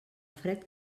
fred